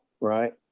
right